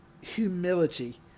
humility